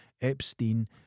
Epstein